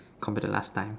compared to last time